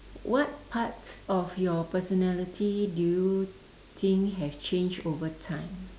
what parts of your personality do you think have changed over time